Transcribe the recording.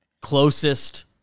closest